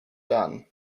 done